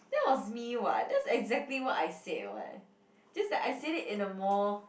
that was me [what] that's exactly what I said [what] just that I said it in a more